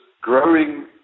growing